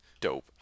dope